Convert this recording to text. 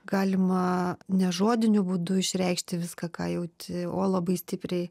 galima nežodiniu būdu išreikšti viską ką jauti o labai stipriai